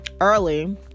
early